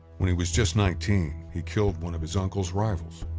when he was just nineteen he killed one of his uncle's rivals,